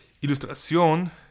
Ilustración